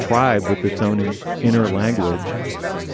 tribe with its own inner language